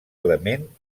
element